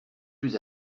plus